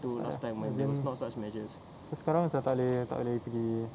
ya I think sekarang sudah tak boleh tak boleh pergi